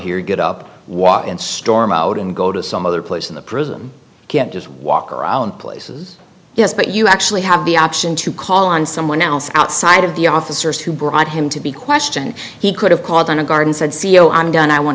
here get up walk and storm out and go to some other place in the prism you can't just walk around places yes but you actually have the option to call on someone else outside of the officers who brought him to be questioned he could have called on a guard said c e o i'm done i want